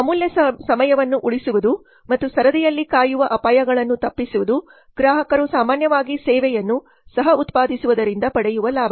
ಅಮೂಲ್ಯ ಸಮಯವನ್ನು ಉಳಿಸುವುದು ಮತ್ತು ಸರದಿಯಲ್ಲಿ ಕಾಯುವ ಅಪಾಯಗಳನ್ನು ತಪ್ಪಿಸುವುದು ಗ್ರಾಹಕರು ಸಾಮಾನ್ಯವಾಗಿ ಸೇವೆಯನ್ನು ಸಹ ಉತ್ಪಾದಿಸುವುದರಿಂದ ಪಡೆಯುವ ಲಾಭಗಳು